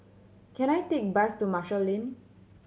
can I take bus to Marshall Lane